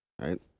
Right